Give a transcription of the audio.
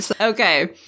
Okay